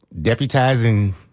deputizing